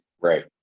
Right